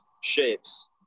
shapes